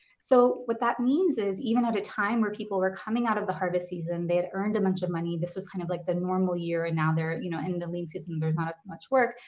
so what that means is even at a time where people were coming out of the harvest season, they had earned a bunch of money. this was kind of like the normal year. and now they're you know in the lean system, there's not as much work.